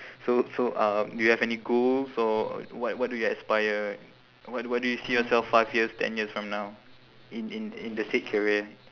so so uh do you have any goals or what what do you aspire what what do you see yourself five years ten years from now in in in the said career